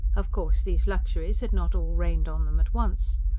of course, these luxuries had not all rained on them at once.